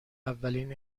اولین